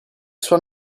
suo